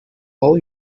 how